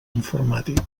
informàtics